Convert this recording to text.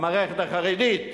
המערכת החרדית.